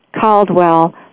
Caldwell